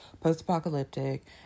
post-apocalyptic